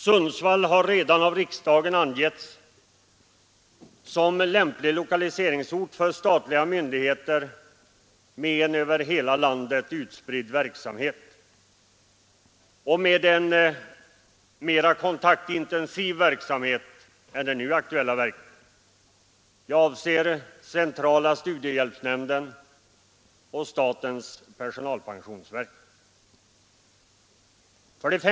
Sundsvall har redan av riksdagen angetts som lämplig lokaliseringsort för statliga myndigheter med en över landet mera utspridd och mera kontaktintensiv verksamhet än den nu aktuella — jag avser centrala studiehjälpsnämnden och statens personalpensionsverk.